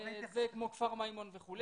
גם תיכוניים כמו כפר מימון וכולי.